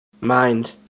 mind